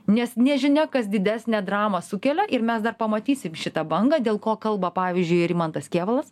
nes nežinia kas didesnę dramą sukelia ir mes dar pamatysim šitą bangą dėl ko kalba pavyzdžiui rimantas kėvalas